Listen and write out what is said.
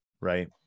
Right